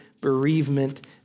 bereavement